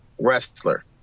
wrestler